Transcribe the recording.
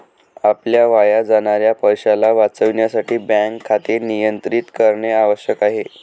आपल्या वाया जाणाऱ्या पैशाला वाचविण्यासाठी बँक खाते नियंत्रित करणे आवश्यक आहे